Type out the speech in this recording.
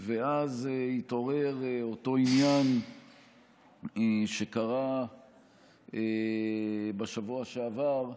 ואז התעורר אותו עניין שקרה בשבוע שעבר,